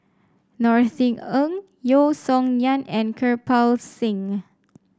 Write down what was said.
Norothy Ng Yeo Song Nian and Kirpal Singh